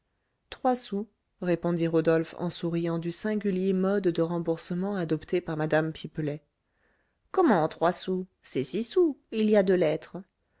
trois sous répondit rodolphe en souriant du singulier mode de remboursement adopté par mme pipelet comment trois sous c'est six sous il y a deux lettres